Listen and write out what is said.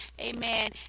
amen